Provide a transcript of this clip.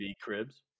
Cribs